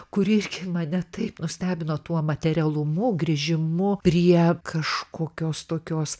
kuri irgi mane taip nustebino tuo materialumu grįžimu prie kažkokios tokios